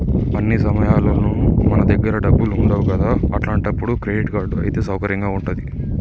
అన్ని సమయాల్లోనూ మన దగ్గర డబ్బులు ఉండవు కదా అట్లాంటప్పుడు క్రెడిట్ కార్డ్ అయితే సౌకర్యంగా ఉంటది